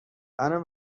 منو